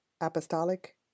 apostolic